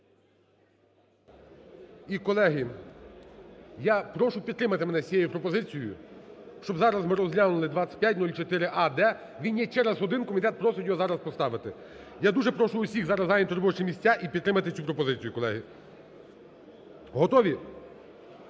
І, колеги, я прошу підтримати мене з цією пропозицією, щоб зараз ми розглянули 2504а-д. Він є через один, комітет просить зараз його поставити. Я дуже прошу всіх зараз зайняти робочі місця і підтримати цю пропозицію, колеги. Готові?